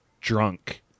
drunk